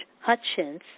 Hutchins